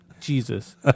Jesus